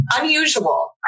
unusual